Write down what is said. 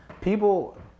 people